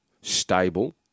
stable